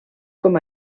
com